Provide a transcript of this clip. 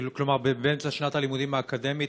כלומר, באמצע שנת הלימודים האקדמית,